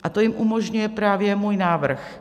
A to jim umožňuje právě můj návrh.